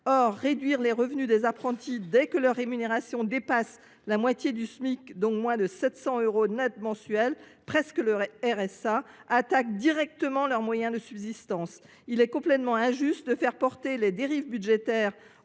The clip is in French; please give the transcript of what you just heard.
Or réduire les revenus des apprentis dès que leur rémunération dépasse la moitié du Smic, soit moins de 700 euros net mensuels, c’est à dire presque le RSA, attaque directement leurs moyens de subsistance. Il est complètement injuste de faire porter les dérives budgétaires